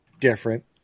different